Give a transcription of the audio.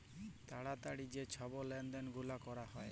তাড়াতাড়ি যে ছব লেলদেল গুলা ক্যরা হ্যয়